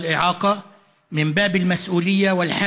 להעסיק אנשים עם צרכים מיוחדים ועם מוגבלויות,